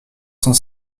cent